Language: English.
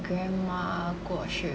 grandma 过世